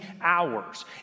hours